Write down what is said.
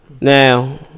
Now